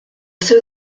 seu